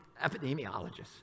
epidemiologists